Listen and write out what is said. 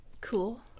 cool